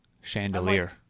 chandelier